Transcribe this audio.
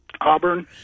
Auburn